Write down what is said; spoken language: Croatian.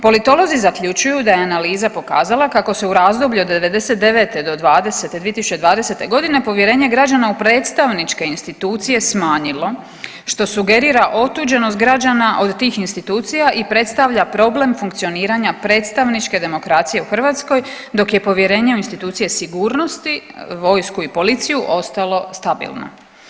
Politolozi zaključuju da je analiza pokazala kako se u razdoblju od '99. do '20., 2020.g. povjerenje građana u predstavničke institucije smanjilo što sugerira otuđenost građana od tih institucija i predstavlja problem funkcioniranja predstavničke demokracije u Hrvatskoj dok je povjerenje u institucije sigurnosti vojsku i policiju ostalo stabilno.